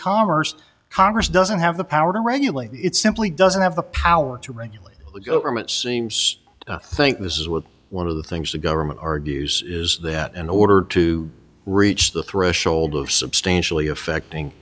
commerce congress doesn't have the power to regulate it simply doesn't have the power to regulate the government seems to think this is what one of the things the government argues is that in order to reach the threshold of substantially affecting